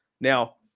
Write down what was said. Now